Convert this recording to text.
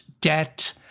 debt